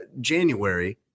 January